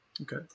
okay